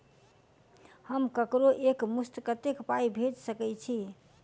हम ककरो एक मुस्त कत्तेक पाई भेजि सकय छी?